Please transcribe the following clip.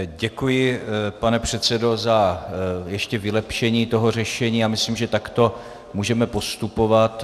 Děkuji, pane předsedo, za vylepšení toho řešení a myslím, že takto můžeme postupovat.